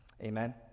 amen